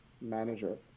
manager